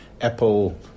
Apple